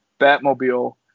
batmobile